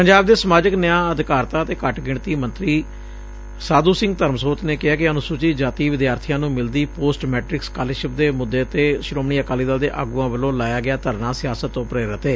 ਪੰਜਾਬ ਦੇ ਸਮਾਜਿਕ ਨਿਆਂ ਅਧਿਕਾਰਤਾ ਤੇ ਘੱਟ ਗਿਣਤੀ ਮੰਤਰੀ ਸਾਧੁ ਸਿੰਘ ਧਰਮਸੋਤ ਨੇ ਕਿਹੈ ਕਿ ਅਨੁਸੁਚਿਤ ਜਾਤੀ ਵਿਦਿਆਰਥੀਆਂ ਨੂੰ ਮਿਲਦੀ ਪੋਸਟ ਮੈਟ੍ਕਿ ਸਕਾਲਰਸ਼ਿਪ ਦੇ ਮੁੱਦੇ ਤੇ ਸ਼ੋਮਣੀ ਅਕਾਲੀ ਦਲ ਦੇ ਆਗੁਆ ਵਲੋਂ ਲਾਇਆ ਗਿਆ ਧਰਨਾ ਸਿਆਸਤ ਤੋਂ ਪ੍ਰੇਰਿਤ ਏ